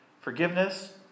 forgiveness